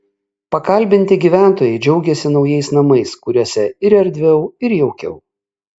pakalbinti gyventojai džiaugėsi naujais namais kuriuose ir erdviau ir jaukiau